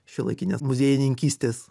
šiuolaikinės muziejininkystės